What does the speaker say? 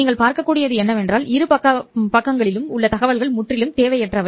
நீங்கள் பார்க்கக்கூடியது என்னவென்றால் இரு பக்கப்பட்டிகளிலும் உள்ள தகவல்கள் முற்றிலும் தேவையற்றவை